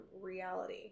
reality